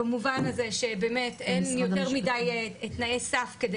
במובן הזה שאין יותר מדי תנאי סף כדי